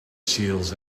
seals